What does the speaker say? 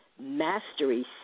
mastery